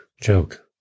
joke